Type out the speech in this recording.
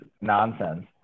nonsense